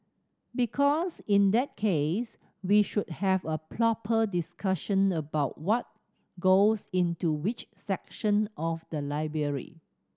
because in that case we should have a proper discussion about what goes into which section of the library